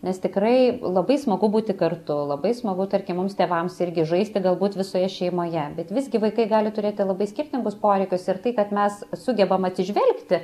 nes tikrai labai smagu būti kartu labai smagu tarkim mums tėvams irgi žaisti galbūt visoje šeimoje bet visgi vaikai gali turėti labai skirtingus poreikius ir tai kad mes sugebam atsižvelgti